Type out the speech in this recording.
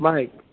Mike